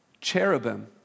cherubim